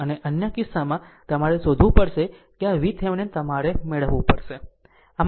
અને અન્ય કિસ્સામાં તમારે તે શોધવું પડશે કે આ VThevenin તમારે મેળવવું પડશે